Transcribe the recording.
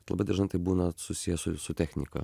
labai dažnai tai būna susijęs su su technika